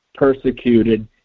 persecuted